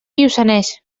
lluçanès